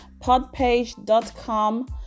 podpage.com